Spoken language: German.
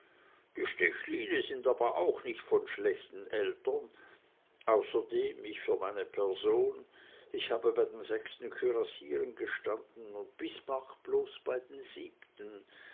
die stechline sind aber auch nicht von schlechten eltern außerdem ich für meine person ich habe bei den sechsten kürassieren gestanden und bismarck bloß bei den siebenten